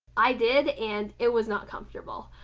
i did and it was not comfortable.